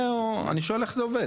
בכתב זה, אני שואל איך זה עובד.